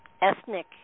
ethnic